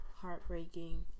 heartbreaking